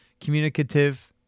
communicative